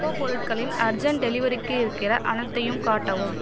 Nippo பொருட்களில் urgent டெலிவரிக்கு இருக்கிற அனைத்தையும் காட்டவும்